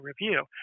review